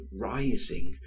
rising